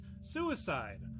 suicide